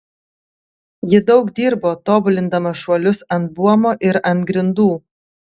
ji daug dirbo tobulindama šuolius ant buomo ir ant grindų